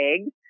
eggs